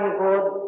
good